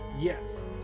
Yes